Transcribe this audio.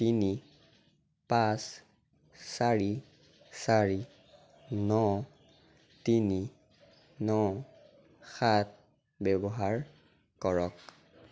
তিনি পাঁচ চাৰি চাৰি ন তিনি ন সাত ব্যৱহাৰ কৰক